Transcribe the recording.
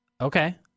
Okay